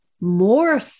more